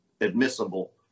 admissible